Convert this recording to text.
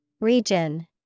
Region